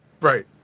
right